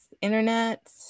internet